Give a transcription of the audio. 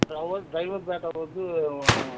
driver driver பேட்டா வந்து